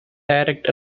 direct